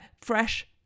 fresh